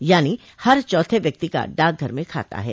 यानी हर चौथे व्यक्ति का डाकघर में खाता है